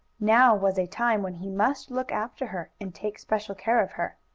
now was a time when he must look after her and take special care of her.